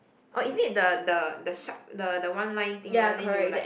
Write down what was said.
oh is it the the the sharp the the one line thing one then you like